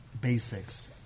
basics